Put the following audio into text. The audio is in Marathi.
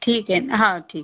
ठीक आहे हां ठीक